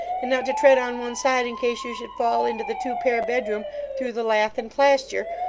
and not to tread on one side in case you should fall into the two-pair bedroom through the lath and plasture,